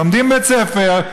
לומדים בבית ספר,